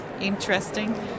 interesting